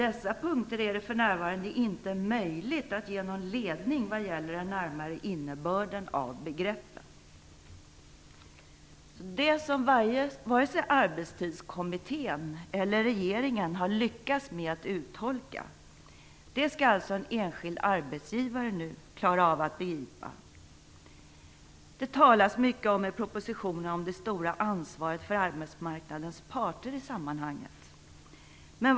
På dessa punkter är det för närvarande inte möjligt att ge någon ledning vad gäller den närmare innebörden av begreppen." Det som vare sig Arbetstidskommittén eller regeringen har lyckats med att uttolka skall alltså en enskild arbetsgivare klara av att begripa. Det talas mycket i propositionen om det stora ansvaret för arbetsmarknadens parter i sammanhanget.